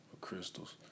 crystals